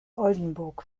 oldenburg